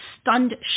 stunned